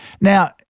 Now